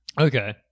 Okay